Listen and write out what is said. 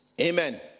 Amen